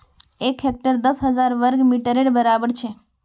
एक हेक्टर दस हजार वर्ग मिटरेर बड़ाबर छे